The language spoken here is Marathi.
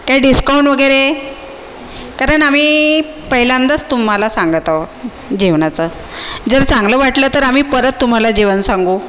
काही डिस्कौंट वगैरे कारण आम्ही पहिल्यांदाच तुम्हाला सांगत आहोत जेवणाचं जर चांगलं वाटलं तर आम्ही परत तुम्हाला जेवण सांगू